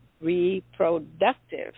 reproductive